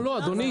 לא, לא, אדוני.